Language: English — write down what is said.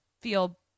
feel